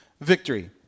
victory